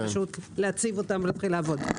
פשוט להציג אותם ולהתחיל לעבוד.